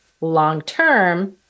long-term